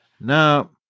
Now